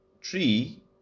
tree